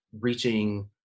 reaching